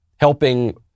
Helping